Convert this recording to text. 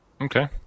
Okay